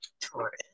Taurus